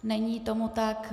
Není tomu tak.